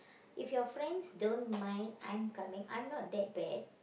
if your friends don't mind I'm coming I'm not that bad